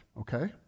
okay